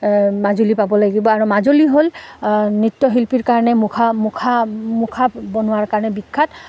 মাজুলী পাব লাগিব আৰু মাজুলী হ'ল নৃত্যশিল্পীৰ কাৰণে মুখা মুখা মুখা বনোৱাৰ কাৰণে বিখ্যাত